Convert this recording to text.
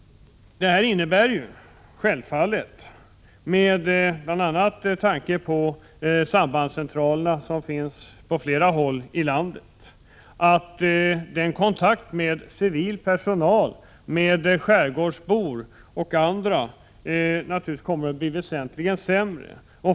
9 Detta innebär självfallet, bl.a. med tanke på sambandscentralerna som finns på flera håll i landet, att kontakten med civil personal, med skärgårdsbor och andra naturligtvis kommer att bli väsentligen sämre.